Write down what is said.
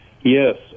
yes